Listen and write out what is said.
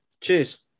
cheers